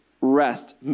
rest